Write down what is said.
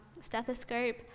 stethoscope